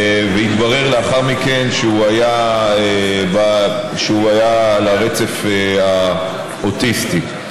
והתברר לאחר מכן שהוא היה על הרצף האוטיסטי.